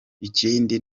ikindi